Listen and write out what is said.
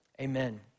amen